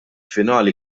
finali